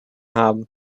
haben